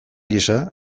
gisa